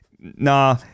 Nah